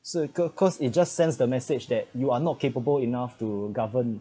so cau~ cause it just sends the message that you are not capable enough to govern